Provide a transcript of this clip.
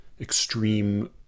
extreme